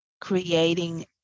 creating